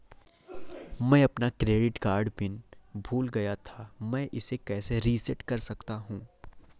मैं अपना credit card pin भूल गया था मैं इसे कैसे रीसेट कर सकता हूँ?